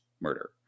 murder